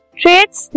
traits